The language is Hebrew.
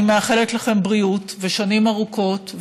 אני מאחלת לכם בריאות ושנים ארוכות,